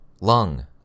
Lung